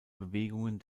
bewegungen